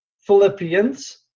Philippians